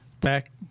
back